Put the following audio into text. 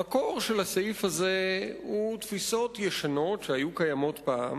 המקור של הסעיף הזה הוא תפיסות ישנות שהיו קיימות פעם